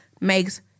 makes